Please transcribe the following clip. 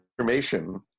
information